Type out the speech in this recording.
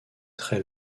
très